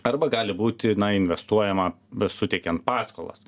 arba gali būti investuojama besuteikiant paskolas